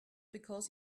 because